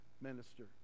minister